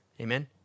Amen